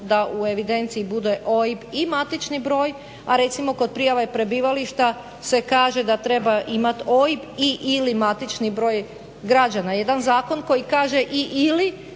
da u evidenciji bude OIB i matični broj, a recimo kod prijave prebivališta se kaže da treba imati OIB i/ili matični broj građana. Jedan zakon koji kaže i/ili